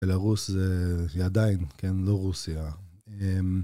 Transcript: בלרוס זה עדיין, כן? לא רוסיה.